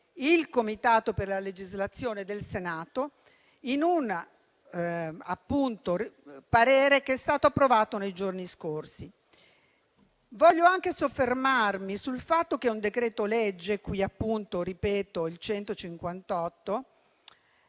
il Comitato per la legislazione del Senato in un parere che è stato approvato nei giorni scorsi. Voglio anche soffermarmi sul fatto che il decreto-legge n. 158